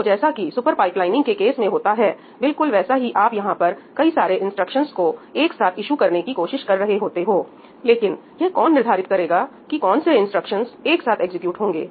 तो जैसा कि सुपर पाइपलाइनिंग के केस में होता है बिल्कुल वैसा ही आप यहां पर कई सारे इंस्ट्रक्शंस को एक साथ ईशु करने की कोशिश कर रहे होते हैं लेकिन यह कौन निर्धारित करेगा कि कौन से इंस्ट्रक्शंस एक साथ एग्जीक्यूट होंगे